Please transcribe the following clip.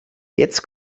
jetzt